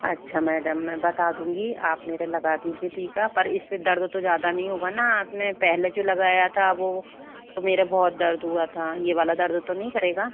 अच्छा मैडम मैं बता दूँगी आप मेरे लगा दीजिए टीका पर इससे दर्द तो ज़्यादा नहीं होगा ना आपने पहले जो लगाया था वो मेरे बहुत दर्द हुआ था ये वाला दर्द तो नहीं करेगा